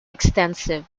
extensive